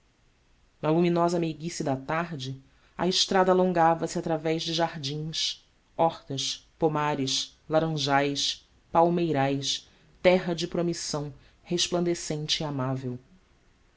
na luminosa meiguice da tarde a estrada alongava se através de jardins hortas pomares laranjais palmeirais terra de promissão resplandecente e amável